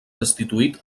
destituït